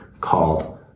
called